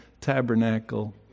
tabernacle